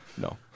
No